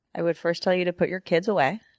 i would first tell you to put your kids away.